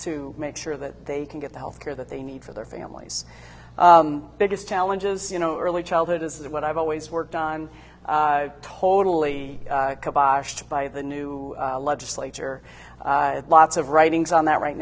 to make sure that they can get the health care that they need for their families biggest challenges you know early childhood is what i've always worked on totally botched by the new legislature lots of writings on that right